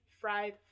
Fried